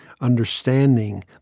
understanding